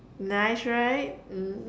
nice right mm